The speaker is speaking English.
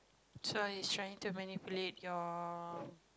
so it's trying to manipulate your